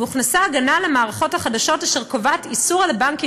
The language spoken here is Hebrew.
והוכנסה הגנה למערכות החדשות אשר קובעת איסור על בנקים